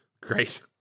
Great